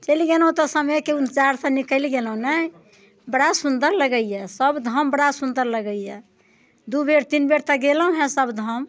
चलि गेलहुँ तऽ समयके उनचारसँ निकलि गेलहुँ ने बड़ा सुन्दर लगैये सब धाम बड़ा सुन्दर लगैये दू बेर तीन बेर तऽ गेलहुँ हैं सब धाम